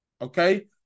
Okay